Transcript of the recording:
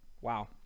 Wow